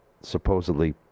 supposedly